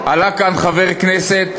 עלה כאן חבר כנסת,